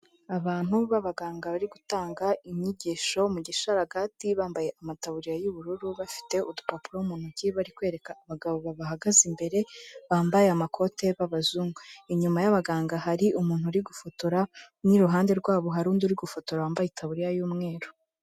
Abantu b'abaganga bari gutanga inyigisho mu gisharagati bambaye amataburiya y'ubururu, bafite udupapuro mu ntoki bari kwereka abagabo babahagaze imbere bambaye amakote b'abazungu, inyuma y'abaganga hari umuntu uri gufotora n'iruhande rwabo hari undi uri gufotora wambaye itaburiya y'umweru.